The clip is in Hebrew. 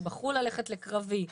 שבחרו ללכת לקרבי,